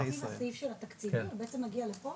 הסעיף של התקציבים בעצם מגיע לפה?